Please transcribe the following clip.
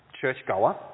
churchgoer